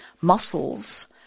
muscles